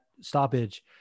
stoppage